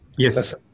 Yes